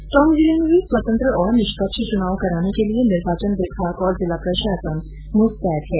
टोंक जिले में भी स्वतंत्र और निष्पक्ष चुनाव कराने के लिए निर्वाचन विभाग और जिला प्रशासन मुस्तैद है